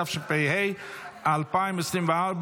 התשפ"ה 2024,